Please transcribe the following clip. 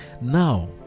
Now